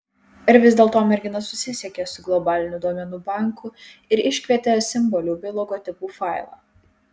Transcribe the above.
ir vis dėlto mergina susisiekė su globaliniu duomenų banku ir iškvietė simbolių bei logotipų failą